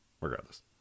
regardless